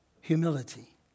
humility